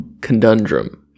conundrum